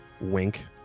wink